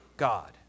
God